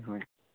ꯍꯣꯏ